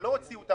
שלא הוציאו את